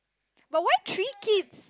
but why three kids